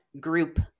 group